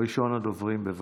ראשון הדוברים, בבקשה.